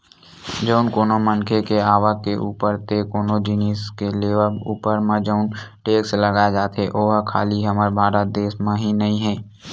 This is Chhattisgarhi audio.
जउन कोनो मनखे के आवक के ऊपर ते कोनो जिनिस के लेवब ऊपर म जउन टेक्स लगाए जाथे ओहा खाली हमर भारत देस म ही नइ हे